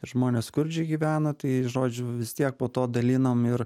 žmonės skurdžiai gyvena tai žodžiu vis tiek po to dalinom ir